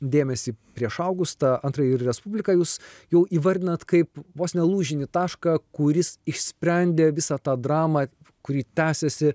dėmesį prieš augustą antrąjį ir respubliką jūs jau įvardinat kaip vos ne lūžinį tašką kuris išsprendė visą tą dramą kuri tęsiasi